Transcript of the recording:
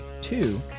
Two